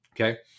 Okay